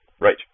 right